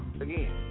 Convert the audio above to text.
again